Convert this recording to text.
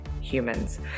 humans